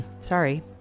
sorry